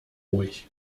ruhig